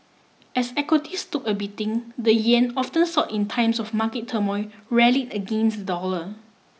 as equities took a beating the yen often sought in times of market turmoil rally against the dollar